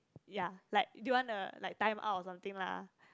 ya like do you wanna like time out or something lah